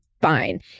fine